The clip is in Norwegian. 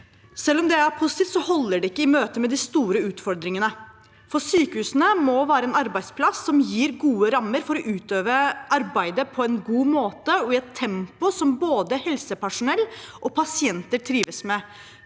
Selv om det er positivt, holder det ikke i møte med de store utfordringene. Sykehusene må være en arbeidsplass som gir gode rammer for å utøve arbeidet på en god måte og i et tempo som både helsepersonell og pasienter trives med.